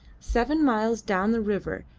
seven miles down the river,